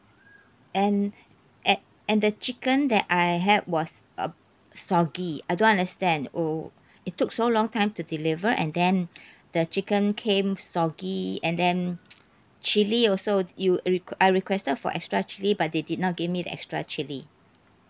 and at and the chicken that I had was uh soggy I don't understand oo it took so long time to deliver and then the chicken came soggy and then chilli also you requ~ I requested for extra chilli but they did not give me the extra chilli